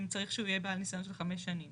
אם צריך שהוא יהיה בעל ניסיון של 5 שנים.